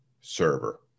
server